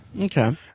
Okay